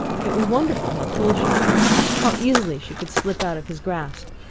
it was wonderful how cool she felt how easily she could slip out of his grasp!